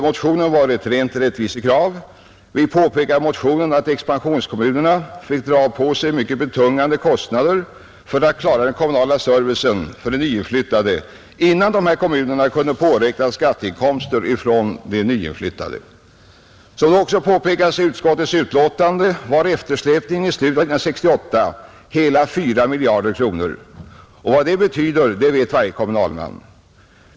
Motivet var ett rent rättvisekrav. Vi påpekade i motionen att expansionskommunerna fick dra på sig mycket betungande kostnader för att klara den kommunala servicen för de nyinflyttade innan dessa kommuner kunde påräkna skatteinkomster från de nyinflyttade. Som också påpekas i utskottets utlåtande, var eftersläpningen i slutet av 1968 hela 4 miljarder kronor. Vad detta betyder vet varje kommunalman.